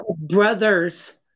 brothers